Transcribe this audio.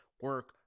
Work